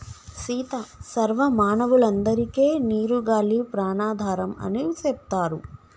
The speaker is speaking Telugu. సీత సర్వ మానవులందరికే నీరు గాలి ప్రాణాధారం అని సెప్తారు